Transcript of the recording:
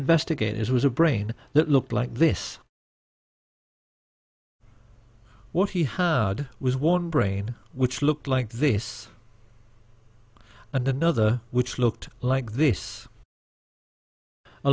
investigators with a brain that looked like this what he heard was one brain which looked like this and another which looked like this a